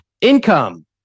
Income